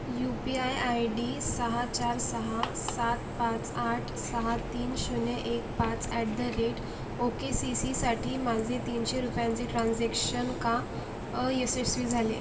you P I I D सहा चार सहा सात पाच आठ सहा तीन शून्य एक पाच ॲट द रेट ओकेसीसीसाठी माझे तीनशे रुपयांचे ट्रान्जेक्शन का अयशस्वी झाले